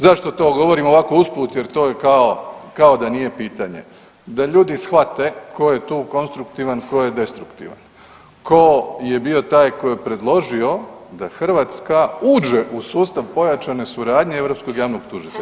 Zašto to govorim ovako usput jer to kao da nije pitanje, da ljudi shvate tko je tu konstruktivan, tko je destruktivan, tko je bio taj tko je predložio da Hrvatska uđe u sustav pojačane suradnje europskog javnog tužitelja.